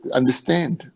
understand